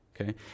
okay